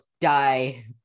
die